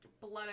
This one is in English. blood